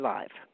Live